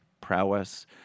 prowess